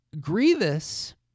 Grievous